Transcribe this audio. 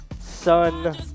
son